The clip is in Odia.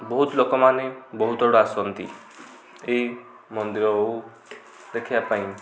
ବହୁତ ଲୋକମାନେ ବହୁତଆଡ଼ୁ ଆସନ୍ତି ଏଇ ମନ୍ଦିର ହଉ ଦେଖିବା ପାଇଁ